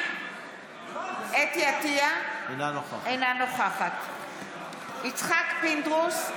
אינה נוכחת יצחק פינדרוס,